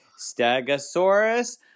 Stegosaurus